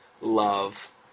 love